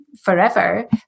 forever